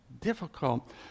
difficult